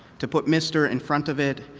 to put mr. in front of it,